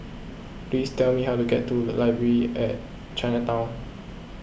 please tell me how to get to the Library at Chinatown